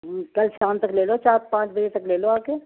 ہوں کل شام تک لے لو چار پانچ بجے تک لے لو آ کے